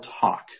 talk